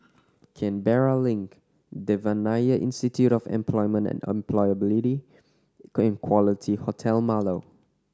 Canberra Link Devan Nair Institute of Employment and Employability and Quality Hotel Marlow